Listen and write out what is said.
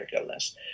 illness